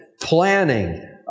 planning